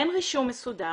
אין רישום מסודר,